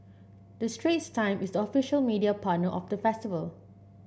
the Straits Times is the official media partner of the festival